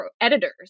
editors